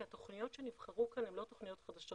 כי התוכניות שנבחרו כאן הן לא תוכניות חדשות,